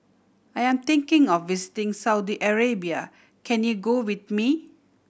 I am thinking of visiting Saudi Arabia can you go with me